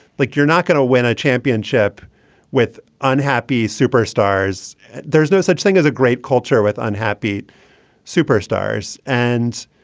like you're not going to win a championship with unhappy superstars there's no such thing as a great culture with unhappy superstars. and,